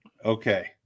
Okay